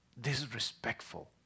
disrespectful